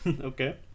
Okay